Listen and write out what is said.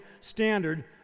standard